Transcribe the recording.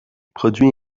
produit